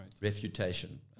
Refutation